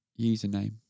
username